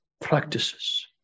practices